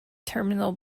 terminal